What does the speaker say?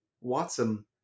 Watson